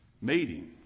meeting